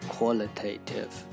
Qualitative